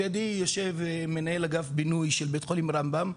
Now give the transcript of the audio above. לידי יושב מנהל אגף בינוי של בית חולים רמב"ם,